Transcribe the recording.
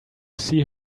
see